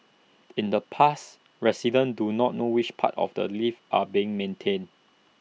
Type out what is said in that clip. in the past residents do not know which parts of the lift are being maintained